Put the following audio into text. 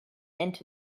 into